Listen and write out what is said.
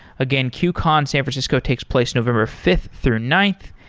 again, qcon san francisco takes place november fifth through ninth,